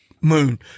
moon